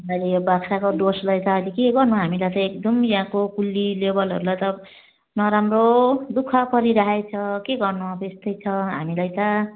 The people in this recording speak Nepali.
अहिले यो बाख्रोकोट डुवर्सलाई त अहिले के गर्नु हामीलाई त एकदम यहाँको कुल्ली लेबरहरूलाई त नराम्रो दुःख परिराखेको छ के गर्नु अब यस्तै छ हामीलाई त